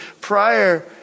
prior